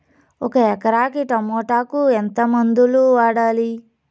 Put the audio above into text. ఒక ఎకరాకి టమోటా కు ఎంత మందులు వాడాలి?